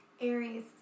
Aries